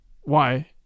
Why